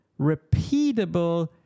repeatable